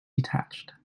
detached